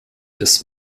des